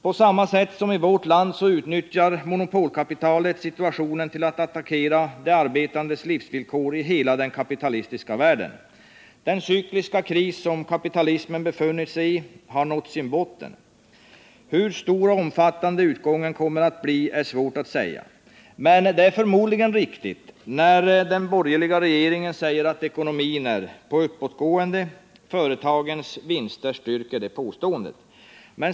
I hela den kapitalistiska världen utnyttjar monopolkapitalet situationen på samma sätt som i vårt land till att attackera de arbetandes livsvillkor. Den cykliska kris som kapitalismen befinner sig i har nått sin botten. Hur stor och hur omfattande uppgången kommer att bli är det svårt att säga. Men det är förmodligen riktigt att, som den borgerliga regeringen säger, ekonomin är på uppåtgående. Företagens vinster styrker det påståendet.